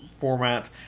format